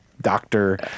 doctor